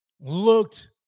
looked